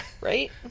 Right